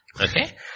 okay